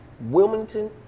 Wilmington